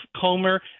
Comer